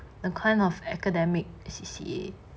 the kind of academic C_C_A